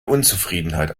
unzufriedenheit